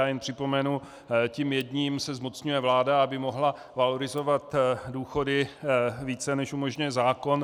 Jen připomenu, tím jedním se zmocňuje vláda, aby mohla valorizovat důchody více, než umožňuje zákon.